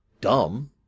dumb